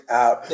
out